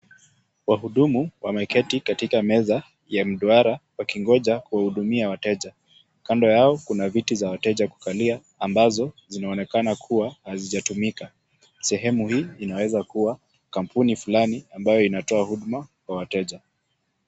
Wahudumu wameketi katika meza ya duara wakingoja kuhudumia wateja. Kando yao kuna viti za wateja kukalia ambazo zinaonekana kuwa hazijatumika. Sehemu hii inaweza kuwa kampuni fulani ambayo inatoa huduma kwa wateja.